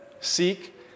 Seek